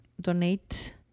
donate